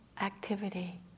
activity